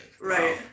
Right